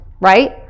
right